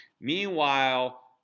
Meanwhile